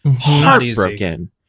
heartbroken